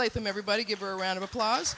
late them everybody give her round of applause